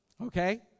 okay